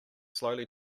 slowly